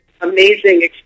amazing